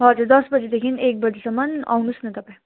हजुर दस बजीदेखि एक बजीसम्म आउनुहोस् न तपाईँ